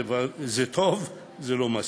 זה טוב, זה לא מספיק.